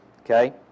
Okay